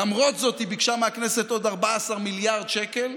למרות זאת היא ביקשה מהכנסת עוד 14 מיליארד שקל.